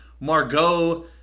Margot